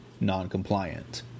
non-compliant